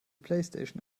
playstation